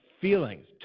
feelings